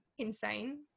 Insane